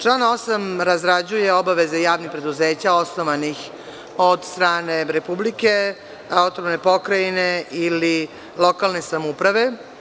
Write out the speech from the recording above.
Član 8. razrađuje obaveze javnih preduzeća osnovanih od strane republike, autonomne pokrajine ili lokalne samouprave.